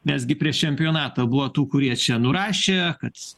nes gi prieš čempionatą buvo tų kurie čia nurašė kad